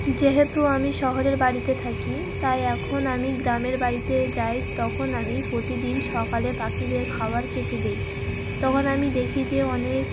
যেহেতু আমি শহরের বাড়িতে থাকি তাই এখন আমি গ্রামের বাড়িতে যাই তখন আমি প্রতিদিন সকালে পাখিদের খাবার খেতে দিই তখন আমি দেখি যে অনেক